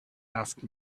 asked